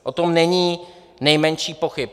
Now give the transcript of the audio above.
O tom není nejmenších pochyb.